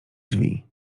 drzwi